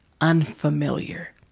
unfamiliar